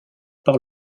par